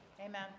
Amen